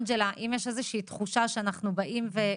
אנג'לה, אם יש איזו שהיא תחושה שאנחנו באים ו..